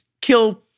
kill